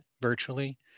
virtually